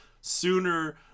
sooner